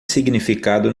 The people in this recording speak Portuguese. significado